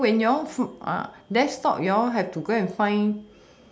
so when you all desktop you all have to go and find